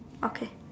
okay